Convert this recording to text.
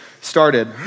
started